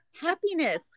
Happiness